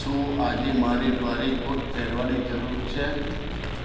શું આજે મારે ભારે કોટ પહેરવાની જરૂર છે